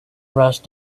rush